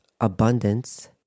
abundance